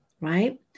right